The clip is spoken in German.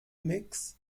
mix